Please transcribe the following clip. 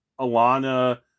Alana